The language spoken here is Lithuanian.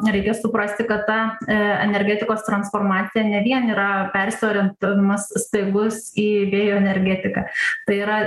reikia suprasti kad ta energetikos transformacija ne vien yra persiorientavimas staigus į vėjo energetiką tai yra